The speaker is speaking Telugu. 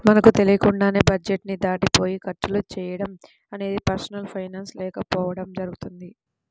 మనకు తెలియకుండానే బడ్జెట్ ని దాటిపోయి ఖర్చులు చేయడం అనేది పర్సనల్ ఫైనాన్స్ లేకపోవడం జరుగుతుంది